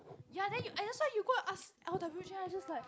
ya then you ah that's why you go and ask i'm just like